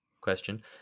question